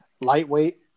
lightweight